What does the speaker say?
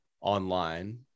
online